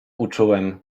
uczułem